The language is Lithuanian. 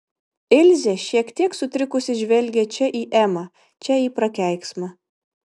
ilzė šiek tiek sutrikusi žvelgė čia į emą čia į prakeiksmą